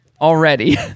already